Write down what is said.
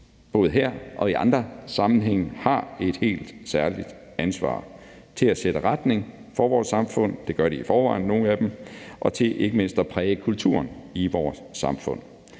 både her og i andre sammenhænge har et helt særligt ansvar for at sætte retningen for vores samfund – nogle af dem gør det i forvejen – og for ikke mindst at præge kulturen i vores samfund.